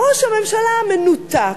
ראש הממשלה מנותק,